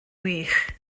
wych